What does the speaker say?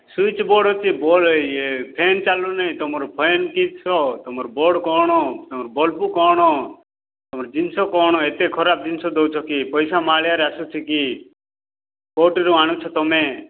switch board ସେ board ଇଏ fan ଚାଲୁ ନାହିଁ ତୁମର ଫ୍ୟାନ୍ କିସ ତୁମର ବୋର୍ଡ଼ କ'ଣ ତୁମର ବଲ୍ବ କ'ଣ ତୁମର ଜିନିଷ କ'ଣ ଏତେ ଖରାପ ଜିନିଷ ଦେଉଛ କି ପଇସା ମାହାଳିଆରେ ଆସୁଛି କି କେଉଁ ଠାରୁ ଆଣୁଛ ତୁମେ